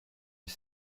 les